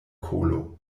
kolo